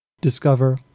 Discover